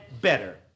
better